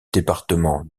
département